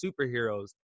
superheroes